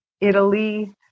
Italy